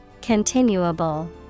Continuable